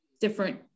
different